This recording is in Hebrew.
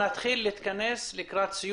שמי רונית משירות בתי